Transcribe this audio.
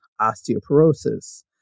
osteoporosis